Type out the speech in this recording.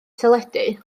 teledu